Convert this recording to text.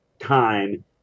time